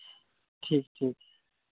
ᱴᱷᱤᱠ ᱴᱷᱤᱠ